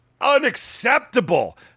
unacceptable